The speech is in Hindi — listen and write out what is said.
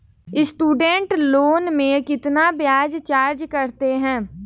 स्टूडेंट लोन में कितना ब्याज चार्ज करते हैं?